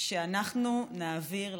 שאנחנו נעביר,